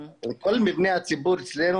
כל מבני הציבור אצלנו,